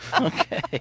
Okay